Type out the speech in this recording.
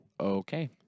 okay